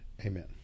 Amen